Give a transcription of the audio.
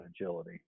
agility